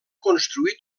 construït